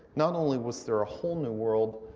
not only was there a whole new world,